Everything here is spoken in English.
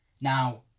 now